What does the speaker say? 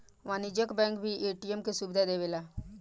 वाणिज्यिक बैंक भी ए.टी.एम के सुविधा देवेला